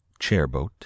Chairboat